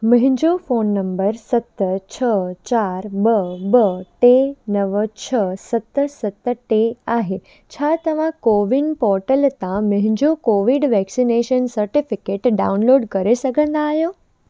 मुंहिंजो phone number सत छह चारि ॿ ॿ टे नव छह सत सत टे आहे छा तव्हां कोविन पोटल तां मुंहिंजो कोविड वैक्सनेशन सटिफिकेट डाउनलोड करे सघंदा आहियो